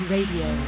Radio